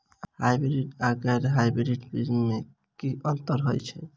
Hybrids आ गैर hybrids बीज म की अंतर होइ अछि?